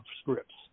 scripts